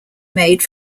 made